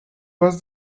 was